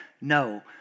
No